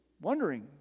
wondering